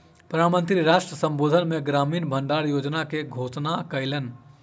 प्रधान मंत्री राष्ट्र संबोधन मे ग्रामीण भण्डार योजना के घोषणा कयलैन